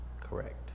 Correct